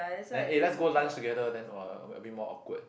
then eh let's go lunch together then !wah! a a bit more awkward